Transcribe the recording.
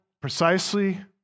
precisely